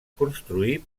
construí